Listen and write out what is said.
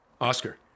Oscar